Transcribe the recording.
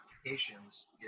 applications